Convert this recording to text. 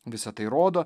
visa tai rodo